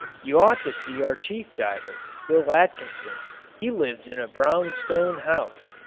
you ought to see our chief diver, bill atkinson he lives in a brownstone house.